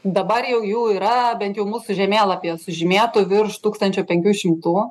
dabar jau jų yra bent jau mūsų žemėlapyje sužymėtų virš tūkstančio penkių šimtų